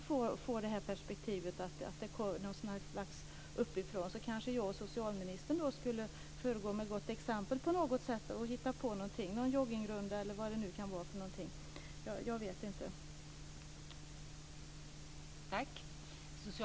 För att det inte ska bli ett ovanifrånperspektiv kanske jag och socialministern skulle föregå med gott exempel och hitta på att göra någonting, en joggningsrunda eller vad det nu kan vara.